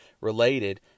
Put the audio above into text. related